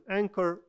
anchor